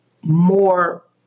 more